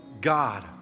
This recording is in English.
God